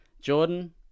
jordan